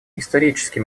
исторически